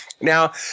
Now